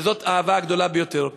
זאת האהבה הגדולה ביותר.